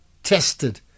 tested